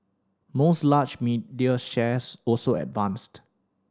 most large media shares also advanced